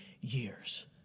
years